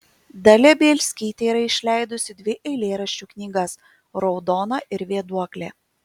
dalia bielskytė yra išleidusi dvi eilėraščių knygas raudona ir vėduoklė